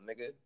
nigga